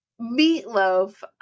Meatloaf